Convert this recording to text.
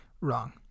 wrong